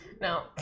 Now